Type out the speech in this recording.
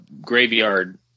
graveyard